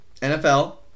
NFL